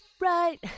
Right